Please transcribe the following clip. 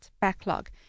backlog